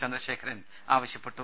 ചന്ദ്രശേഖരൻ ആവശ്യപ്പെട്ടു